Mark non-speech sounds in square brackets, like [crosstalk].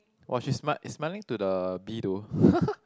!wah! she's smart smiling to the bee though [laughs]